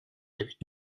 эбит